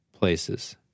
places